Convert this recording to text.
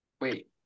wait